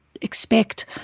expect